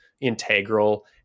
integral